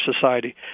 society